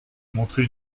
montrer